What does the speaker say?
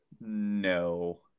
No